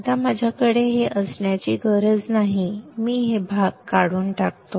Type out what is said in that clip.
आता माझ्याकडे हे असण्याची गरज नाही मी हे भाग काढून टाकतो